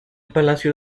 palacio